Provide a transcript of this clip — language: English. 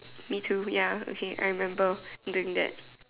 me too ya okay I remember doing that